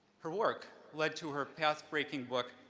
her work led to her pathbreaking book,